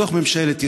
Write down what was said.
בתוך ממשלת ישראל.